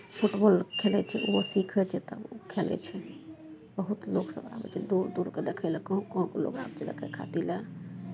football खेलै छै ओहो सीखै छै तब लोक खेलै छै बहुत लोकसभ आबै छै दूर दूरके देखय लए गाँव गाँवके लोक आबै छै देखै खातिर लए